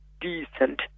decent